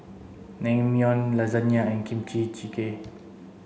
Naengmyeon Lasagna and Kimchi Jjigae